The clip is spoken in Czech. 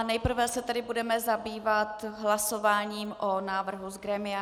Nejprve se tedy budeme zabývat hlasováním o návrhu z grémia.